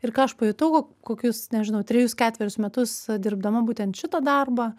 ir ką aš pajutau kokius nežinau trejus ketverius metus dirbdama būtent šitą darbą